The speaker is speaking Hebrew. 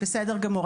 בסדר גמור.